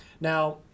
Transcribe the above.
Now